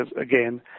again